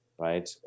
right